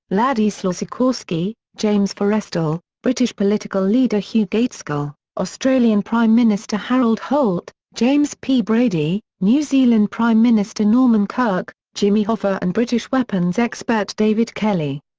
wladyslaw sikorski, james forrestal, british political leader hugh gaitskell, australian prime minister harold holt, james p. brady, new zealand prime minister norman kirk, jimmy hoffa and british weapons expert david kelly.